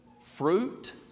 Fruit